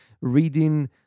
reading